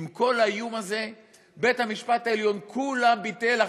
עם כל האיום הזה בית-המשפט העליון כולה ביטל,